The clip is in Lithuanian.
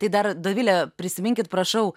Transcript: tai dar dovile prisiminkit prašau